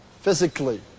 physically